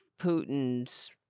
Putin's